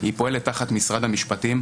היא פועלת תחת משרד המשפטים,